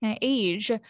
age